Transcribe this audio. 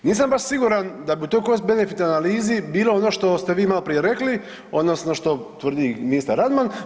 Nisam baš siguran da bi u toj cost benefit analizi bilo ono što ste vi maloprije rekli odnosno što tvrdi ministar Radman.